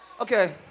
Okay